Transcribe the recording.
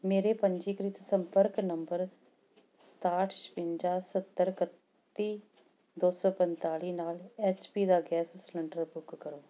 ਮੇਰੇ ਪੰਜੀਕ੍ਰਿਤ ਸੰਪਰਕ ਨੰਬਰ ਸਤਾਹਠ ਛਿਵੰਜਾ ਸੱਤਰ ਇਕੱਤੀ ਦੋ ਸੌ ਪੰਤਾਲੀ ਨਾਲ ਐੱਚ ਪੀ ਦਾ ਗੈਸ ਸਿਲੰਡਰ ਬੁੱਕ ਕਰੋ